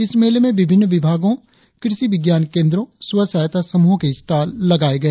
इस मेले में विभिन्न विभागो कृषि विज्ञान केंद्रो स्व सहायता समूहो के स्टाँल लगायी गई